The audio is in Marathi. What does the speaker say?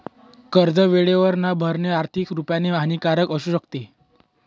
कर्ज वेळेवर न भरणे, आर्थिक रुपाने हानिकारक असू शकते